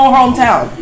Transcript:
hometown